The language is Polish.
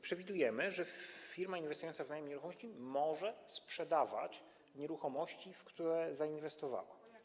Przewidujemy, że firma inwestująca w najem nieruchomości może sprzedawać nieruchomości, w które zainwestowała.